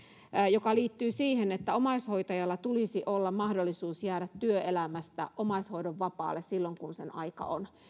se liittyy siihen että omaishoitajalla tulisi olla mahdollisuus jäädä työelämästä omaishoidon vapaalle silloin kun sen aika on